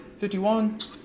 51